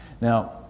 Now